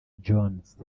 jones